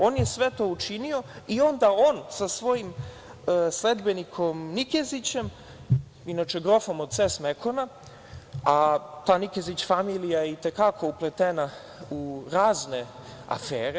On je svet o učinio i onda on sa svojim sledbenikom Nikezićem, inače grofom od „Cas Mecon“, a ta Nikezić familija i te kako je upletena u razne afere.